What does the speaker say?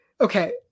Okay